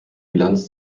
bilanz